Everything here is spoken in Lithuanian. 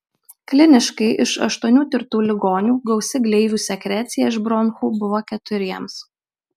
kliniškai iš aštuonių tirtų ligonių gausi gleivių sekrecija iš bronchų buvo keturiems